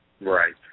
right